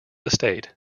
estate